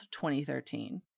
2013